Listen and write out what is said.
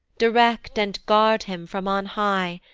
direct, and guard him from on high,